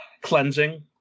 cleansing